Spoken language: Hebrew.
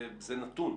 זה נתון?